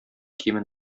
киемен